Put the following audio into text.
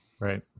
Right